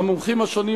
ולמומחים השונים,